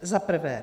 Za prvé.